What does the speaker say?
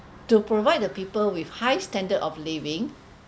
to provide the people with high standard of living